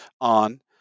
on